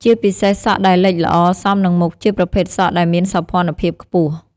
ជាពិសេសសក់ដែលលិចល្អសមនឹងមុខជាប្រភេទសក់ដែលមានសោភ័ណភាពខ្ពស់។